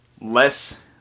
less